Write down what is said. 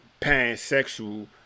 pansexual